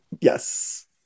Yes